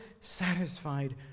satisfied